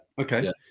okay